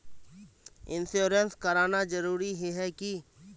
Insurance कराना जरूरी ही है की?